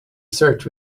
search